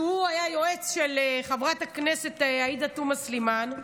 שהיה יועץ של חברת הכנסת עאידה תומא סלימאן,